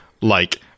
like-